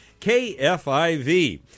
kfiv